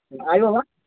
time ହେବ